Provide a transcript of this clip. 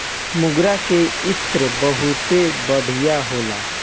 मोगरा के इत्र बहुते बढ़िया होला